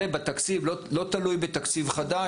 זה בתקציב, לא תלוי בתקציב חדש.